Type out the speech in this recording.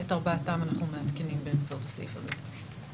ואת ארבעתם אנחנו מעדכנים באמצעות הסעיף הזה.